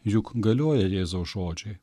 juk galioja jėzaus žodžiai